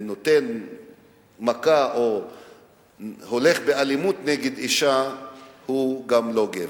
שנותן מכה או הולך באלימות נגד אשה הוא לא גבר.